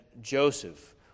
Joseph